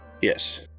Yes